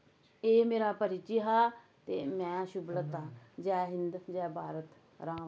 एह् मेरा परिचे हा ते में शुभलता जै हिन्द जै भारत राम